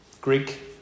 Greek